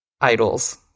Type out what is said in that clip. idols